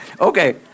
okay